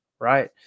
right